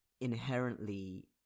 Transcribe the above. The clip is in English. inherently